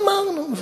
אמרנו.